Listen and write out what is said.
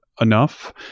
enough